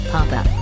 Papa